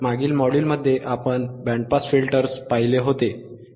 मागील मॉड्यूलमध्ये आपण बँड पास फिल्टर्स पाहिले होते